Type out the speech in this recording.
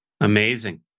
Amazing